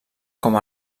com